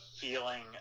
feeling